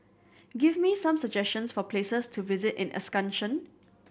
give me some suggestions for places to visit in Asuncion